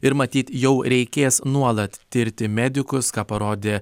ir matyt jau reikės nuolat tirti medikus ką parodė